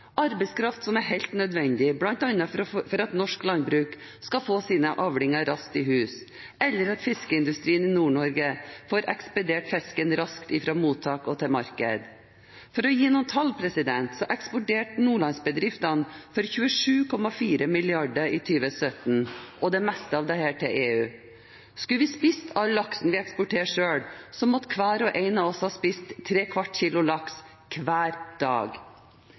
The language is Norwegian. arbeidskraft – arbeidskraft som er helt nødvendig, bl.a. for at norsk landbruk skal få sine avlinger raskt i hus, eller at fiskeindustrien i Nord-Norge får ekspedert fisken raskt fra mottak til marked. For å gi noen tall: Nordlandsbedriftene eksporterte i 2017 for 27,4 mrd. kr – det meste av dette til EU. Skulle vi spist all laksen vi eksporterer selv, måtte hver og en av oss ha spist trekvart kilo laks hver dag.